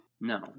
No